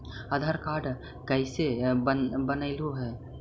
आधार card कईसे बनैलहु हे?